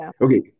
Okay